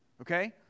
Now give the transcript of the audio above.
Okay